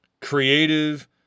creative